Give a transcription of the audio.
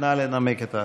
נא לנמק את ההצעה.